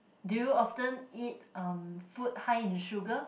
do you often eat um food high in sugar